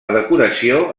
decoració